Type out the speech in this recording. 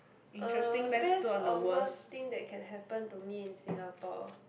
uh best or worst thing that can happen to me in Singapore